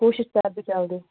کوٗشِش کَر بہٕ جَلدے